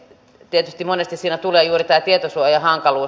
tietysti monesti siinä tulee juuri tämä tietosuojahankaluus